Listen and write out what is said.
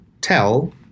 tell